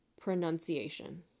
pronunciation